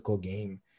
game